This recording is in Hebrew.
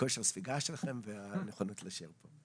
כושר הספיגה שלכם ואת הנכונות להישאר פה.